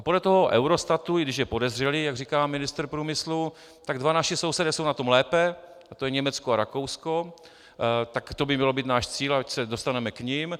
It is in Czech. A podle toho Eurostatu, i když je podezřelý, jak říká ministr průmyslu, tak dva naši sousedé jsou na tom lépe, a to je Německo a Rakousko tak to by měl být náš cíl, ať se dostaneme k nim.